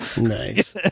Nice